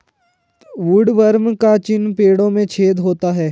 woodworm का चिन्ह पेड़ों में छेद होता है